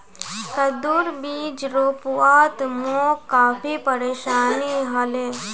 कद्दूर बीज रोपवात मोक काफी परेशानी ह ले